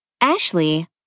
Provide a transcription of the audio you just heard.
Ashley